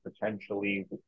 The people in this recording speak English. potentially